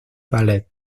ballet